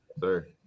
Sir